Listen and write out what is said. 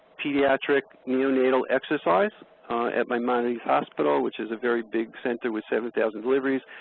pediatric neonatal exercise at maimonides hospital which is a very big center with seven thousand deliveries.